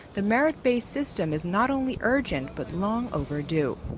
the merit-based system is not only urgent but long overdue.